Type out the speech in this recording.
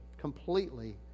completely